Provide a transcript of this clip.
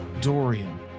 Dorian